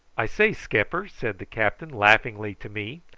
i say, skipper, said the captain laughingly to me,